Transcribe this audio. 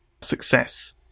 success